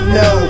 no